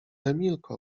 emilko